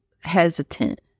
hesitant